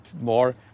more